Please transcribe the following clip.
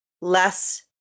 less